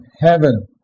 heaven